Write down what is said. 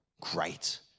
Great